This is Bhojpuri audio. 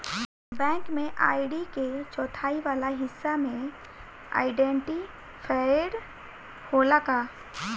बैंक में आई.डी के चौथाई वाला हिस्सा में आइडेंटिफैएर होला का?